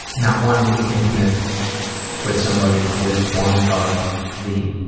not wanting to be intimate with somebody is one of the